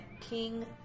King